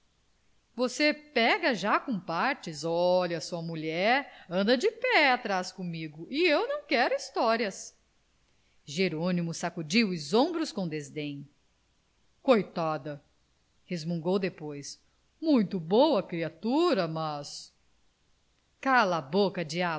você pega já com partes olha sua mulher anda de pé atrás comigo e eu não quero histórias jerônimo sacudiu os ombros com desdém coitada resmungou depois muito boa criatura mas cala a boca